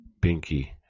Binky